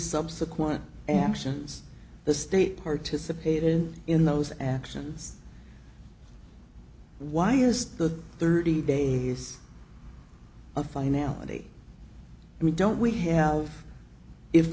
subsequent actions the state participated in those actions why has the thirty days of finality and we don't we have if